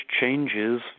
changes